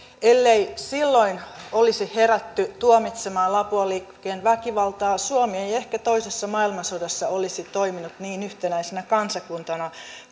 ellei silloin olisi herätty tuomitsemaan lapuan liikkeen väkivaltaa suomi ei ehkä toisessa maailmansodassa olisi toiminut niin yhtenäisenä kansakuntana